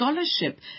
Scholarship